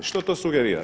Što to sugerira?